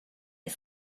est